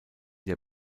der